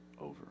over